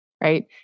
right